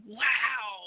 wow